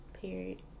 period